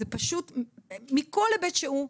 פשוט מכל היבט שהוא,